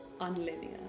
unlinear